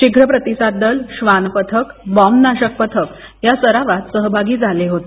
शीघ्र प्रतिसाद दल श्वान पथक बॉम्ब नाशक पथक या सरावात सहभागी झाले होते